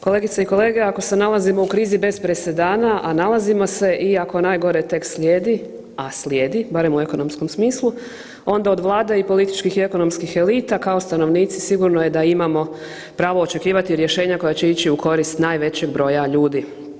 Kolegice i kolege ako se nalazimo u krizi bez presedana, a nalazimo se iako najgore tek slijedi, a slijedi, barem u ekonomskom smislu onda od Vlade i političkih i ekonomskim elita kao stanovnici sigurno je da imamo pravo očekivati rješenja koja će ići u korist najvećeg broja ljudi.